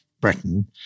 Britain